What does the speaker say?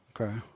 Okay